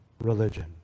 religion